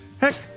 heck